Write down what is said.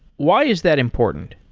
why is that important?